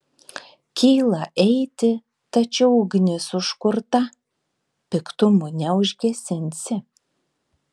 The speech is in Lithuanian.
kyla eiti tačiau ugnis užkurta piktumu neužgesinsi